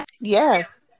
Yes